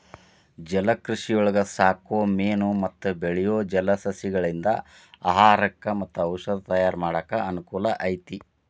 ಜಲಕೃಷಿಯೊಳಗ ಸಾಕೋ ಮೇನು ಮತ್ತ ಬೆಳಿಯೋ ಜಲಸಸಿಗಳಿಂದ ಆಹಾರಕ್ಕ್ ಮತ್ತ ಔಷದ ತಯಾರ್ ಮಾಡಾಕ ಅನಕೂಲ ಐತಿ